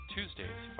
Tuesdays